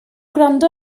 gwrando